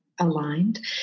aligned